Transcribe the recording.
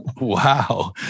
Wow